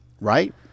Right